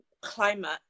climate